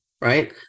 right